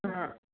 ആ